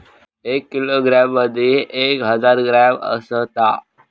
एक किलोग्रॅम मदि एक हजार ग्रॅम असात